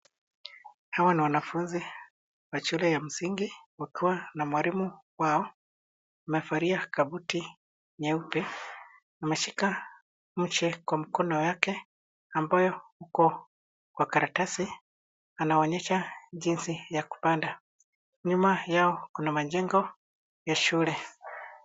Hawa ni wanafunzi wa shule ya msingi wakiwa na mwalimu wao. Amevalia kabuti nyeupe. Ameshika mche kwa mkono yake ambayo uko kwa karatasi. Anaonyesha jinsi ya kupanda. Nyuma yao, kuna majengo ya shule.